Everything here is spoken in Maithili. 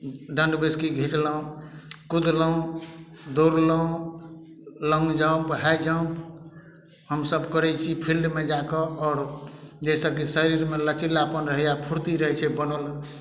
दण्डबैसकी घिचलहुॅं कूदलहुॅं दौड़लहुॅं लौंग जम्प हाइ जम्प हमसब करै छी फील्डमे जाकऽ आओर जाहिसँ कि शरीरमे लचीलापन रहैया फुर्ती रहै छै बनल